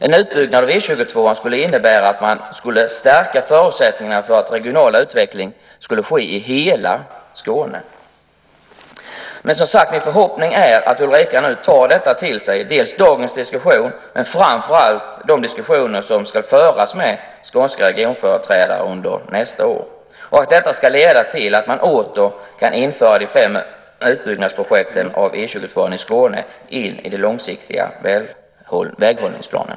En utbyggnad av E 22 skulle innebära att man stärker förutsättningarna för att regional utveckling kan ske i hela Skåne. Min förhoppning är att Ulrica nu tar detta till sig, dagens diskussion men framför allt de diskussioner som ska föras med skånska regionföreträdare under nästa år och att detta ska leda till att man åter kan införa de fem utbyggnadsprojekten av E 22 i Skåne in i den långsiktiga väghållningsplanen.